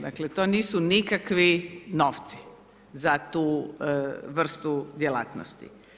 Dakle to nisu nikakvi novci za tu vrstu djelatnosti.